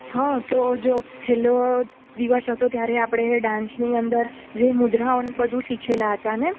હં તો જો છેલ્લો દિવસ હતો ત્યારે આપણે એ ડાન્સની અંદર જે મુદ્રાઓ ને બધું શીખેલાં હતાં ને